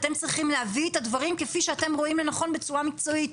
ואתם צריכים להביא את הדברים כפי שאתם רואים לנכון בצורה מקצועית.